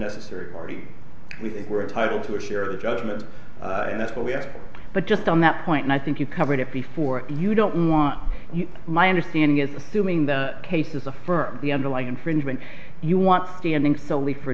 necessary party we think we're entitled to a share of the judgment and that's what we have but just on that point i think you covered it before you don't want my understanding is assuming the cases affirm the underlying infringement you want standing solely for